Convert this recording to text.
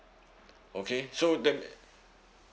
okay so that